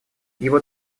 его